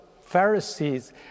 Pharisees